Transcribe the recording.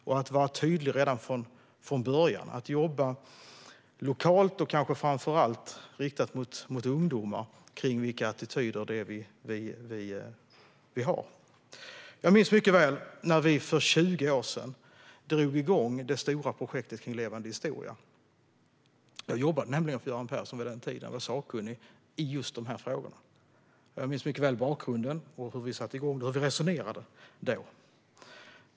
Man måste vara tydlig redan från början och jobba lokalt och kanske framför allt riktat till ungdomar om vilka attityder som vi har. Jag minns mycket väl när vi för 20 år sedan drog i gång det stora projektet kring Forum för levande historia. På den tiden jobbade jag nämligen för Göran Persson, och jag var sakkunnig i just dessa frågor. Jag minns mycket väl bakgrunden, hur vi satte i gång detta och hur vi resonerade då.